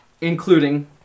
including